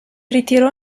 ritirò